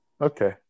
Okay